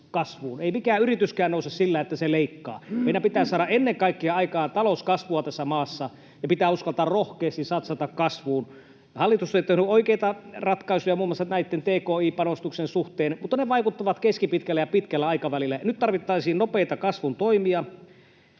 Ei mikään yrityskään nouse sillä, että se leikkaa. Meidän pitää ennen kaikkea saada aikaan talouskasvua tässä maassa, ja pitää uskaltaa rohkeasti satsata kasvuun. Hallitus on tehnyt oikeita ratkaisuja muun muassa tki-panostuksien suhteen, mutta ne vaikuttavat keskipitkällä ja pitkällä aikavälillä. Nyt tarvittaisiin nopeita kasvun toimia.